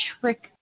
trick